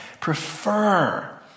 prefer